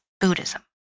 Buddhism